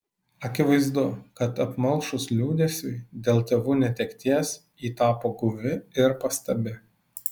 akivaizdu kad apmalšus liūdesiui dėl tėvų netekties ji tapo guvi ir pastabi